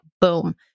boom